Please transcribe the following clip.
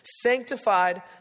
sanctified